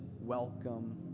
welcome